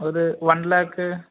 ஒரு ஒன் லேக்கு